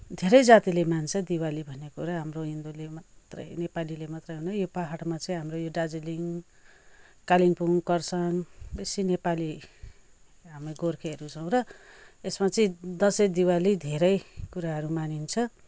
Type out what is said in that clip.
धेरै जातिले मान्छ दिवाली भनेको र हाम्रो हिन्दूले मात्रै नेपालीले मात्रै होइन यो पाहाडमा चाहिँ हाम्रो यो दार्जिलिङ कालिम्पोङ खरसाङ बेसी नेपाली हामी गोर्खेहरू छौँ र यसमा चाहिँ दसैँ दिवाली धेरै कुराहरू मानिन्छ